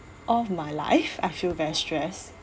all my life I feel very stress